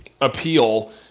appeal